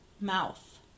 mouth